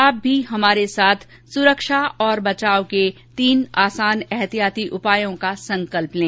आप भी हमारे साथ सुरक्षा और बचाव के तीन आसान एहतियाती उपायों का संकल्प लें